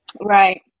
Right